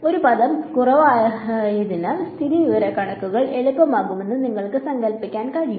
ഒരു പദം കുറവായതിനാൽ സ്ഥിതിവിവരക്കണക്കുകൾ എളുപ്പമാകുമെന്ന് നിങ്ങൾക്ക് സങ്കൽപ്പിക്കാൻ കഴിയും